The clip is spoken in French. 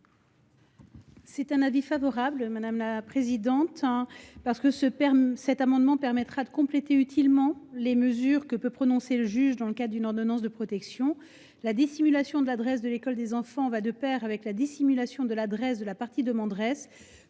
est favorable, car l’adoption de cet amendement permettrait de compléter utilement les mesures que peut prononcer le juge dans le cadre d’une ordonnance de protection. La dissimulation de l’adresse de l’école des enfants va de pair avec celle de l’adresse de la partie demanderesse